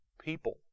people